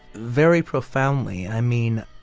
very profoundly. i mean,